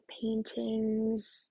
paintings